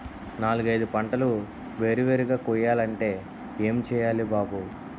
నాలుగైదు పంటలు వేరు వేరుగా కొయ్యాలంటే ఏం చెయ్యాలి బాబూ